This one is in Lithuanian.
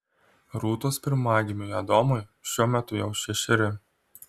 rūtos pirmagimiui adomui šiuo metu jau šešeri